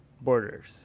borders